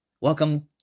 Welcome